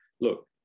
look